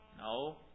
No